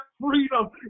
freedom